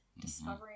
discovering